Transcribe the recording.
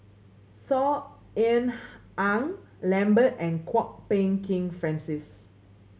Saw Ean Ang Lambert and Kwok Peng Kin Francis